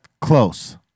close